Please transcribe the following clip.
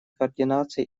координации